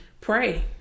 pray